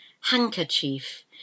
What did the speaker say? handkerchief